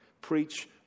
Preach